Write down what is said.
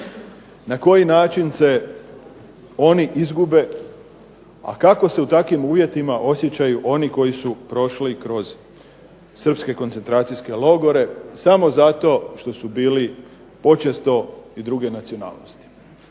na koji način se oni izgube a kako se u takvim uvjetima osjećaju oni koji su prošli kroz Srpske koncentracijske logore samo zato što su bili počesto i druge nacionalnosti.